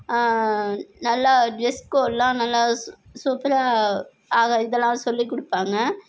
நல்லா டிரெஸ் கோட்லாம் நல்லா சூப் சூப்பராக அங்கே இதெல்லாம் சொல்லிக் கொடுப்பாங்க